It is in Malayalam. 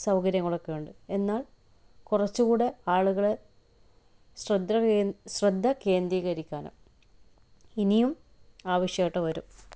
സൗകര്യങ്ങളൊക്കെ ഉണ്ട് എന്നാൽ കുറച്ച് കൂടെ ആളുകളെ ശ്രദ്ധ ക്രേന്ദ്രീ ശ്രദ്ധ കേന്ദ്രീകരിക്കാനും ഇനിയും ആവശ്യമായിട്ട് വരും